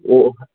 ꯑꯣ ꯑꯣ